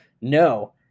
no